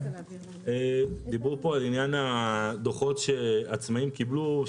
דיברו פה על עניין הדוחות שעצמאים קיבלו,